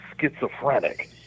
schizophrenic